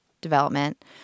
development